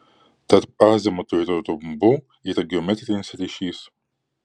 tarp azimutų ir rumbų yra geometrinis ryšys